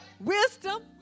wisdom